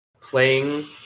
playing